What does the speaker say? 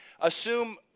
assume